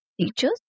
teachers